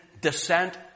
descent